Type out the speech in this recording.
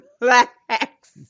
relax